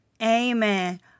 Amen